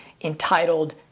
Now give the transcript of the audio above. entitled